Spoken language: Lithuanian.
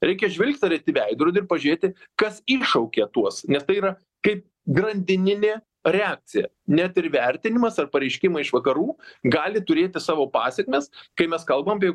reikia žvilgtelėt į veidrodį ir pažiūrėti kas iššaukė tuos nes tai yra kaip grandininė reakcija net ir vertinimas ar pareiškimai iš vakarų gali turėti savo pasekmes kai mes kalbam apie